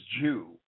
Jew